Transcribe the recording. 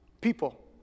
People